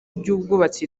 iby’ubwubatsi